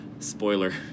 Spoiler